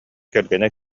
кэргэнэ